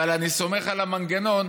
אבל אני סומך על המנגנון.